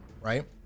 right